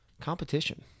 competition